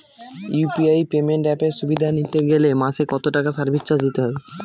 UPI payment অ্যাপের সুবিধা নিতে গেলে মাসে কত টাকা সার্ভিস চার্জ দিতে হবে?